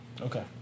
Okay